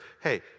Hey